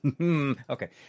Okay